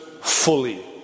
fully